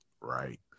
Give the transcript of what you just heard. Right